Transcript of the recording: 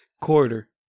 Quarter